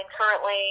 Currently